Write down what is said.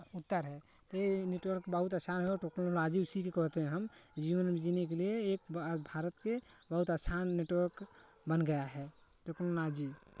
उत्तर है तो ये नेटवर्क बहुत अच्छा है और टेक्नॉलाजी उसी के कहते हैं हम जीवन में जीने के लिए एक भारत के बहुत आसान नेटवर्क बन गया है टेक्नॉलाजी